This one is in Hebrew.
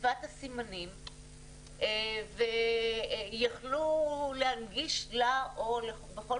בשפת הסימנים ויכלו להנגיש לה או בכל